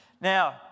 Now